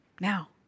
now